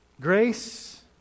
Grace